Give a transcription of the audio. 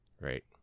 right